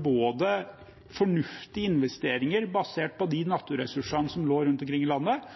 både for fornuftige investeringer basert på de naturressursene som lå rundt omkring i landet,